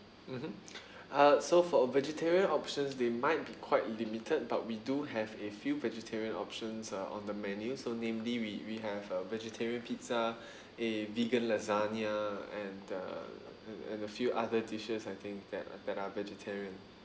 mmhmm uh so for a vegetarian options they might be quite limited but we do have a few vegetarian options uh on the menu so namely we we have a vegetarian pizza a vegan lasagna and uh and and a few other dishes I think that that are vegetarian